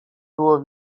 było